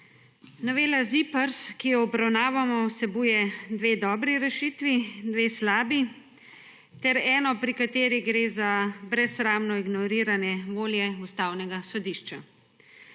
Novela ZIPRS, ki jo obravnavamo, vsebuje dve dobri rešitvi, dve slabi ter eno, pri kateri gre za brezsramno ignoriranje volje Ustavnega sodišča.